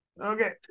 Okay